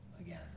again